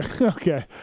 Okay